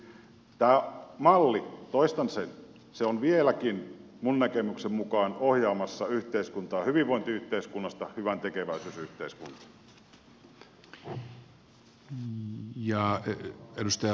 siis tämä malli toistan sen on vieläkin minun näkemykseni mukaan ohjaamassa yhteiskuntaa hyvinvointiyhteiskunnasta hyväntekeväisyysyhteiskuntaan